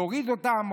להוריד אותם,